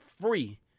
free